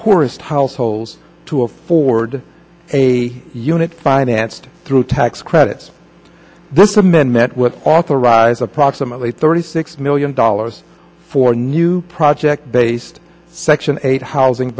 poorest households to afford a unit financed through tax credits this to men met with authorized approximately thirty six million dollars for new project based section eight housing